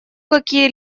какие